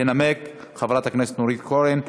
תנמק חברת הכנסת נורית קורן.